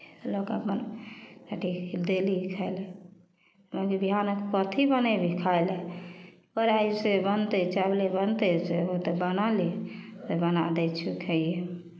लऽ कऽ अपन अथि देली खाय लेल कहलक विहान कथि बनयली खाय लेल कहलियै से अइसे ही बनतै चाव ले बनतै से ओ तऽ बना ली तऽ बना दै छियहु खइहेँ